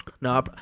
No